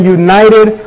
united